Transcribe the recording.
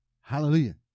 Hallelujah